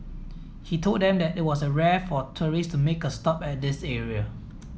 he told them that it was rare for tourists to make a stop at this area